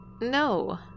No